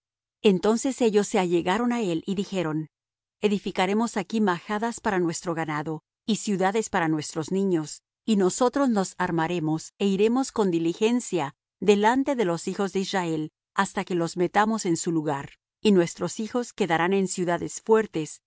entonces ellos se allegaron á él y dijeron edificaremos aquí majadas para nuestro ganado y ciudades para nuestros niños y nosotros nos armaremos é iremos con diligencia delante de los hijos de israel hasta que los metamos en su lugar y nuestros niños quedarán en ciudades fuertes